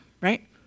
right